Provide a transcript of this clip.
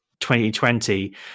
2020